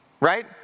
Right